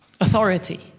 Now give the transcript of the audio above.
Authority